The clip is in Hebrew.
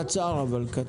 אבל קצר.